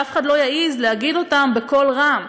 אף אחד לא יעז להגיד אותם בקול רם.